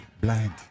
blind